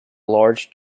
large